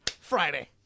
Friday